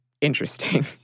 interesting